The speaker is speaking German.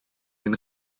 den